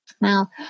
Now